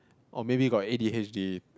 or maybe got A_D_H_D